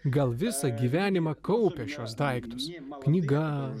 gal visą gyvenimą kaupia šiuos daiktus knygas